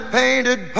painted